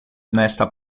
nesta